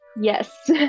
Yes